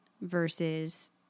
versus